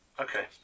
Okay